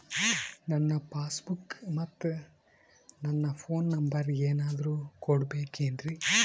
ನನ್ನ passbook ಮತ್ ನನ್ನ ಫೋನ್ ನಂಬರ್ ಏನಾದ್ರು ಕೊಡಬೇಕೆನ್ರಿ?